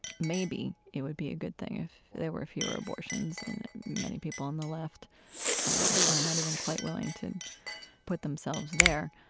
maybe it would be a good thing if there were fewer abortions and many people on the left are not even quite willing to put themselves there.